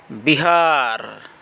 Bihar